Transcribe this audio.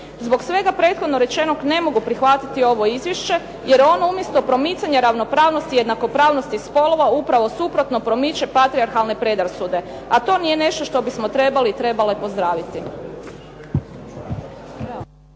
Zbog svega prethodno rečenog, ne mogu prihvatiti ovo izvješće, jer ono umjesto promicanja ravnopravnosti i jednakopravnosti spolova upravo suprotno promiče patrijarhalne predrasude, a to nije nešto što bismo trebali i trebale pozdraviti.